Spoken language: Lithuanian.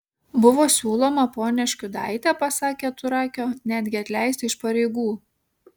buvo siūloma ponią škiudaitę pasak keturakio netgi atleisti iš pareigų